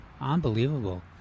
Unbelievable